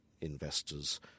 investors